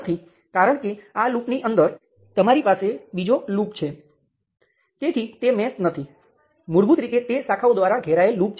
હવે ચાલો હું વોલ્ટેજ નિયંત્રિત કરંટ સ્ત્રોત સાથેના કેસને ધ્યાનમાં લઉં